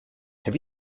have